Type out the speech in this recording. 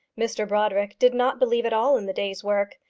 mr brodrick did not believe at all in the day's work,